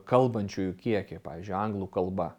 kalbančiųjų kiekį pavyzdžiui anglų kalba